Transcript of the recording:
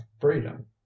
freedom